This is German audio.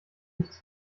nichts